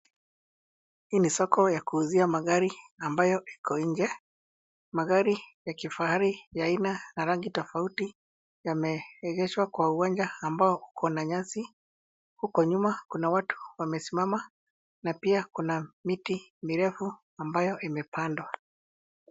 Hii ni soko ya kuuzia magari ambayo iko nje. Magari ya kifayya rangi aina tofauti tofauti yameegeshwa kwa uwanja ambao uko na nyasi. Huko nyuma kuna watu ambao wamesimama na pia kuna miti mirefu imepandwa.